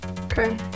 okay